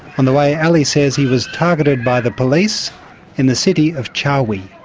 on the way ali says he was targeted by the police in the city of ciawi.